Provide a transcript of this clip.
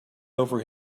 over